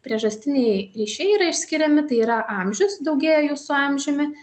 priežastiniai ryšiai yra išskiriami tai yra amžius daugėja jų su amžiumi